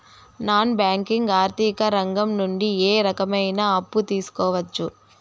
Non banking ఆర్థిక రంగం నుండి ఏ రకమైన అప్పు తీసుకోవచ్చు?